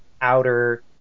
outer